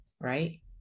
right